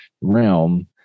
realm